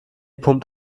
pumpt